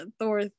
Thor